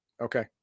okay